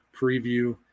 preview